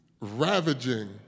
ravaging